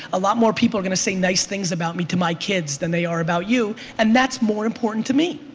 a lot more people are gonna say nice things about me to my kids than they are about you and that's more important to me.